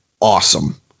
awesome